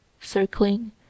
circling